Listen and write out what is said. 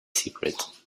secret